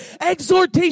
exhortation